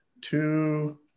two